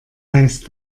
heißt